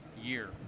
year